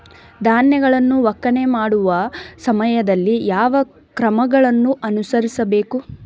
ಧಾನ್ಯಗಳನ್ನು ಒಕ್ಕಣೆ ಮಾಡುವ ಸಮಯದಲ್ಲಿ ಯಾವ ಕ್ರಮಗಳನ್ನು ಅನುಸರಿಸಬೇಕು?